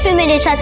minister